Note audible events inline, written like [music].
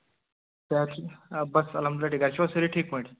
[unintelligible] آ بَس الحمدُاللہ گرِ چھِوا سٲری ٹھیٖک پٲٹھۍ